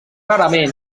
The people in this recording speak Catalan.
rarament